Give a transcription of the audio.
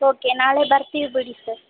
okay ನಾಳೆ ಬರ್ತೀವಿ ಬಿಡಿ ಸರ್